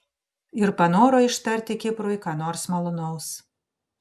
ir panoro ištarti kiprui ką nors malonaus